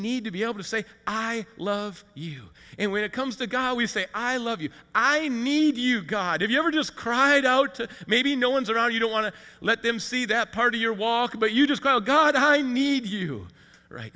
need to be able to say i love you and when it comes the guy we say i love you i need you god if you ever just cried out to maybe no one's around you don't want to let them see that part of your walk about you just go god i need you right